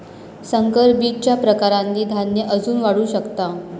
संकर बीजच्या प्रकारांनी धान्य अजून वाढू शकता